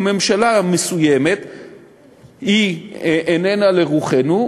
הממשלה המסוימת איננה לרוחנו,